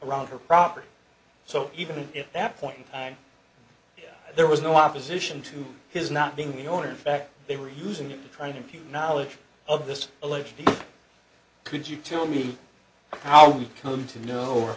around her property so even if that point in time there was no opposition to his not being the owner in fact they were using in trying to keep knowledge of this alleged could you tell me how we come to know o